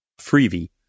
Freebie